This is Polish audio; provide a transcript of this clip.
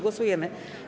Głosujemy.